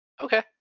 Okay